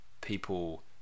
people